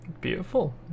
Beautiful